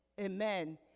Amen